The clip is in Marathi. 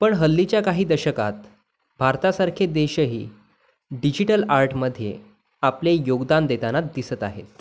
पण हल्लीच्या काही दशकात भारतासारखे देशही डिजिटल आर्टमध्ये आपले योगदान देताना दिसत आहेत